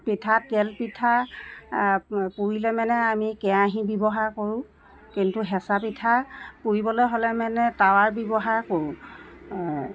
পিঠা তেল পিঠা পুৰিলে মানে আমি কেৰাহি ব্যৱহাৰ কৰোঁ কিন্তু হেচা পিঠা পুৰিবলৈ হ'লে মানে তাৱাৰ ব্যৱহাৰ কৰোঁ